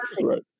Right